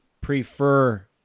prefer